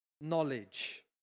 knowledge